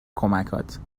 کمکهات